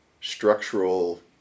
structural